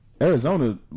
Arizona